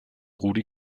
rudi